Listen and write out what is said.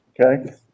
okay